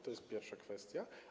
To jest pierwsza kwestia.